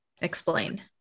Explain